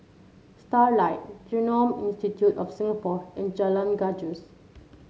Starlight Genome Institute of Singapore and Jalan Gajus